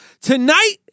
Tonight